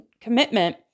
commitment